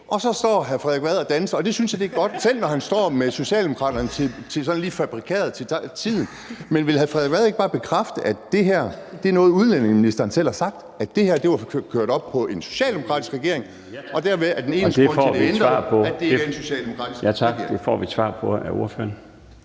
og så står hr. Frederik Vad og danser. Det synes jeg er godt, selv når han står med Socialdemokraten sådan lige fabrikeret til tiden. Men vil hr. Frederik Vad ikke bare bekræfte, at det her er noget, udlændinge- og integrationsministeren selv har sagt, altså at det her var bundet op på en socialdemokratisk regering, og at dermed er den eneste grund til, det er ændret, at der ikke er en socialdemokratisk regering? Kl. 16:33 Den fg. formand